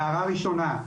הערה ראשונה,